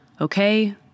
Okay